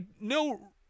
no